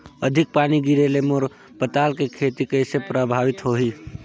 अधिक पानी गिरे ले मोर पताल के खेती कइसे प्रभावित होही?